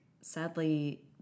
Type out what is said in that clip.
sadly